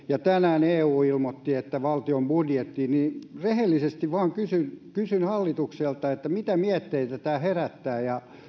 ja tänään eu ilmoitti että valtion budjetti niin rehellisesti vain kysyn kysyn hallitukselta mitä mietteitä tämä herättää